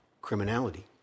criminality